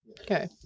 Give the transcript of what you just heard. Okay